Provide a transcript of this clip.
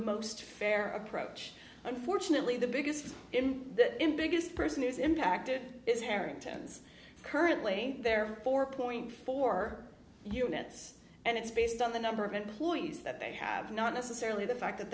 most fair approach unfortunately the biggest in the in biggest person is impacted is harrington's currently there are four point four units and it's based on the number of employees that they have not necessarily the fact that